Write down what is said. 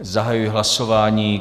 Zahajuji hlasování.